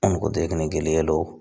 उनको देखने के लिए लोग